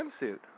swimsuit